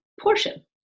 portion